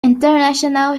international